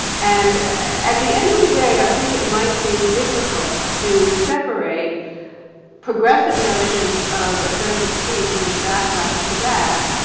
and at the end of the day, i think it might be difficult to separate progressive notions of offensive speech and the backlash to that,